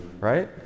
right